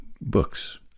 books